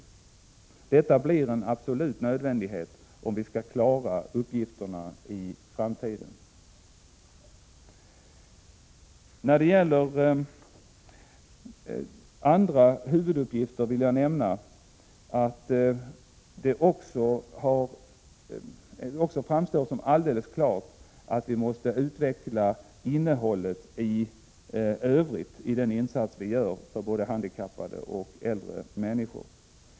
Detta blir en absolut nödvändighet, om vi skall klara uppgifterna i framtiden. När det gäller andra huvuduppgifter vill jag nämna att det också framstår som alldeles klart att vi måste utveckla innehållet i övrigt i den insats vi gör för både handikappade och äldre människor.